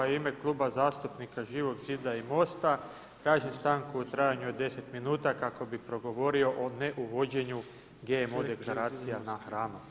U ime Kluba zastupnika Živog zida i Mosta tražim stanku u trajanju od 10 minuta, kako bi progovorio o ne uvođenju GMO deklaracija na hranu.